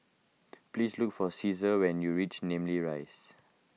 please look for Ceasar when you reach Namly Rise